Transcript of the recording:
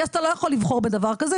כי אתה לא יכול לבחור בדבר כזה,